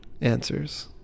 answers